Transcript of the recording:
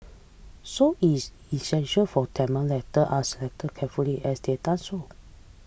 so it's essential for Tamil letter are select carefully as they've done so